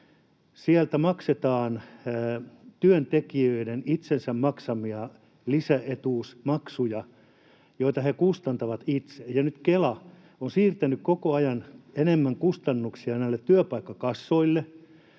Sieltä maksetaan työntekijöiden itsensä maksamia lisäetuusmaksuja, joita he kustantavat itse, ja nyt Kela on siirtänyt koko ajan enemmän kustannuksia näille työpaikkakassoille,